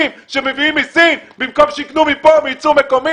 שמביאים מסין במקום שיקנו כאן מייצור מקומי,